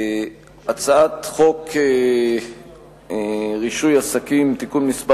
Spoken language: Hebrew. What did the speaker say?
הצעת חוק רישוי עסקים (תיקון מס'